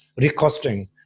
recosting